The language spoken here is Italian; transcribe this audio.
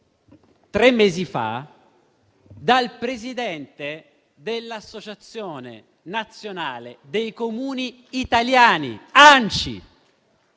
tre mesi fa, dal Presidente dell'Associazione nazionale dei Comuni italiani (ANCI).